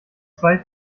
zwei